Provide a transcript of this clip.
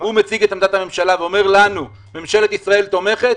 הוא מציג את עמדת הממשלה ואומר לנו: ממשלת ישראל תומכת.